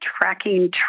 tracking